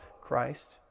Christ